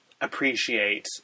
appreciate